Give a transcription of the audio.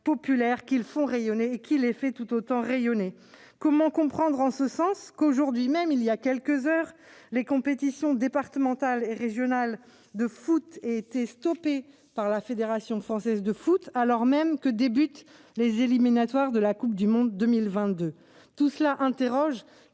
populaire : ils le font rayonner, mais la réciproque est tout aussi vraie. Comment comprendre, dès lors, qu'aujourd'hui même, il y a quelques heures, les compétitions départementales et régionales de football aient été stoppées par la Fédération française de football, alors même que débutent les éliminatoires de la Coupe du monde de 2022 ?